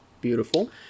Beautiful